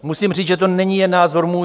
Musím říct, že to není jen názor můj.